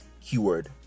keyword